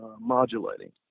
modulating